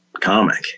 comic